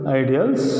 ideals